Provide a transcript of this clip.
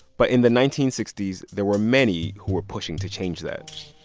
but in the nineteen sixty s, there were many who were pushing to change that.